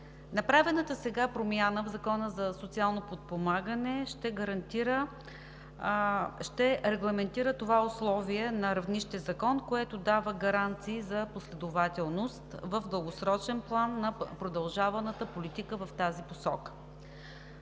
Направената сега промяна в Закона за социално подпомагане ще регламентира това условие на равнище закон, което дава гаранции за последователност в дългосрочен план на продължаваната политика в тази посока.